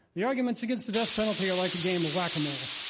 the arguments against the death penalty are like a game of whack a mole.